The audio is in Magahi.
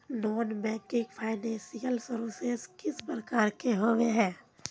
नॉन बैंकिंग फाइनेंशियल सर्विसेज किस प्रकार के होबे है?